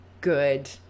good